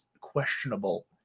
questionable